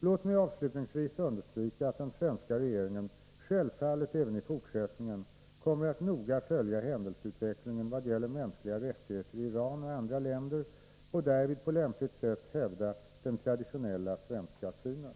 Låt mig avslutningsvis understryka att den svenska regeringen självfallet även fortsättningen kommer att noga följa händelseutvecklingen i vad gäller mänskliga rättigheter i Iran och andra länder och därvid på lämpligt sätt hävda den traditionella svenska synen.